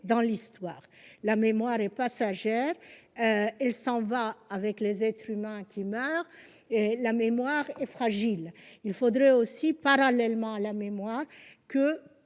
dans l'histoire. La mémoire est passagère, puisqu'elle s'en va avec les êtres humains qui meurent, et elle est fragile. Il faudrait donc, parallèlement à la mémoire, qu'une